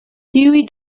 tiuj